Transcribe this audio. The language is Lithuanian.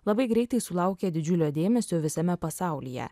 labai greitai sulaukė didžiulio dėmesio visame pasaulyje